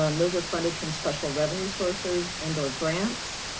um those are funded from special revenue sources and or grants.